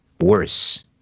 worse